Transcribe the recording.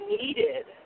needed